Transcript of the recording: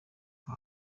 nka